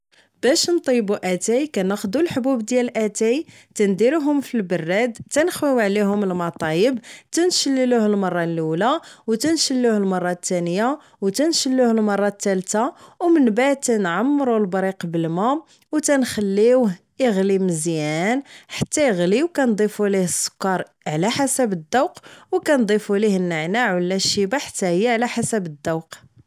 باش نطيبو اتاي كنخدو الحبوب ديال اتاي تنديروهم فالبراد تنخويو عليهم والما الطايب تنشللوه المرة الاولى و تنشللوه المرة التانية و تنشللوه المرة التالتة ومن بعد تنعمرو البريق بالما و تنخليوه يغلي مزيان حتى يغلي و كنضيفو السكر على حسب الذوق و كنضيفو ليه النعناع و لا الشيبة حتى هيا على حسب الدوق